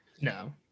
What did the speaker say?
No